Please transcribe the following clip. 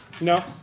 No